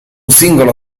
singolo